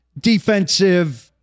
defensive